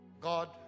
God